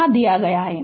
यह दिया गया है